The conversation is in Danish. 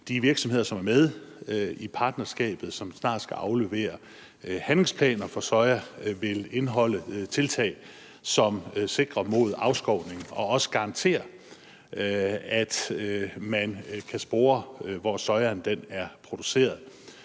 de virksomheder, som er med i partnerskabet, vil indeholde tiltag, som sikrer mod afskovning og også garanterer, at man kan spore, hvor sojaen er produceret.